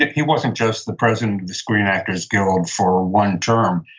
he wasn't just the president of the screen actors guild for one term.